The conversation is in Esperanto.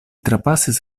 trapasis